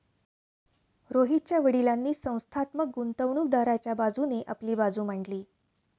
रोहितच्या वडीलांनी संस्थात्मक गुंतवणूकदाराच्या बाजूने आपली बाजू मांडली